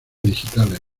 digitales